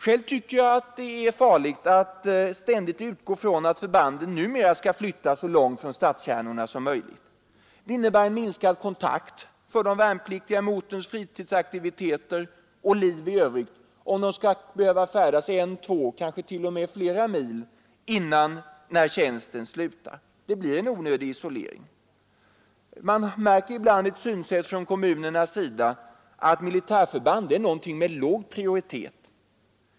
Själv tycker jag det är farligt att utgå från att förbanden numera skall flyttas så långt från stadskärnorna som möjligt. Det innebär en minskad kontakt för de värnpliktiga med ortens fritidsaktiviteter och liv i övrigt om de skall behöva färdas en, två eller kanske t.o.m. flera mil när tjänsten slutar. Det blir en onödig isolering. Man märker ibland ett synsätt hos kommunerna att militärförband är något med låg prioritet.